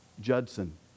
Judson